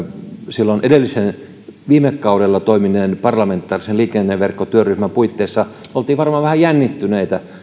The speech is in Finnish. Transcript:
silloin viime kaudella toimineen parlamentaarisen liikenneverkkotyöryhmän puitteissa oltiin varmaan vähän jännittyneitä